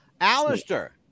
Alistair